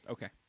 Okay